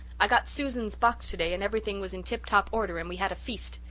i got susan's box today and everything was in tip-top order and we had a feast.